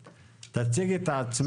תציגי את עצמך.